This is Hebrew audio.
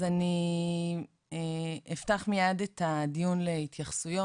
אז אני אפתח מיד את הדיון להתייחסויות,